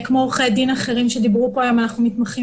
כמו עורכי-דין אחרים שדיברו כאן אנחנו מתמחים